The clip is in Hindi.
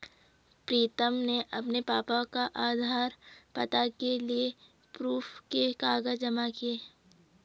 प्रीतम ने अपने पापा का आधार, पता के लिए प्रूफ के कागज जमा किए